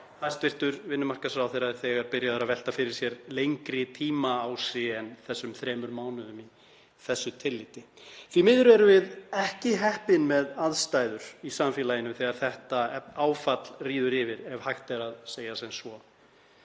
félags- og vinnumarkaðsráðherra er þegar byrjaður að velta fyrir sér lengri tímaási en þessum þremur mánuðum í þessu tilliti. Því miður erum við ekki heppin með aðstæður í samfélaginu þegar þetta áfall ríður yfir, ef hægt er að segja sem svo.